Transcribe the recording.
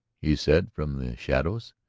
he said from the shadows.